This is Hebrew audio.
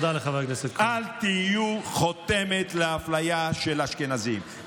אל תהיו חותמת לאפליה של אשכנזים,